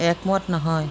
একমত নহয়